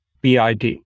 BID